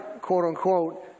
quote-unquote